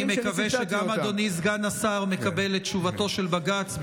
אני מקווה שגם אדוני סגן השר מקבל את תשובתו של בג"ץ,